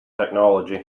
technology